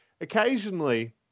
occasionally